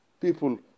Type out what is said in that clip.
people